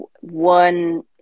one